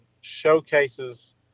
showcases